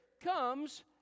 comes